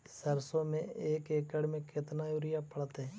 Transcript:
सरसों में एक एकड़ मे केतना युरिया पड़तै?